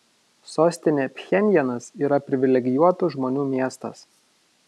sostinė pchenjanas yra privilegijuotų žmonių miestas